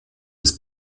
des